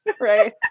right